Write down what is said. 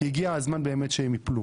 כי הגיע הזמן באמת שהם ייפלו.